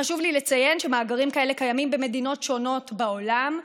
חשוב לי לציין שמאגרים כאלה קיימים במדינות שונות בעולם,